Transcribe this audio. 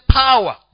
power